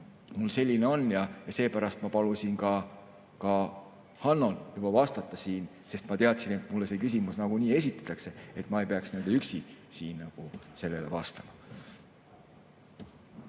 mul selline on. Seepärast ma palusin ka Hannol juba vastata, sest ma teadsin, et mulle see küsimus nagunii esitatakse ja siis ma ei peaks nagu üksi sellele vastama.